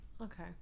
Okay